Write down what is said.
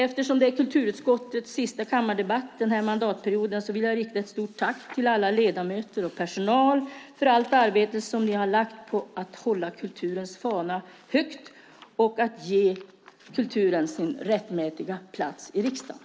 Eftersom det är kulturutskottets sista kammardebatt den här mandatperioden vill jag rikta ett stort tack till alla ledamöter och personal för allt arbete som ni har lagt på att hålla kulturens fana högt och att ge kulturen dess rättmätiga plats här i riksdagen.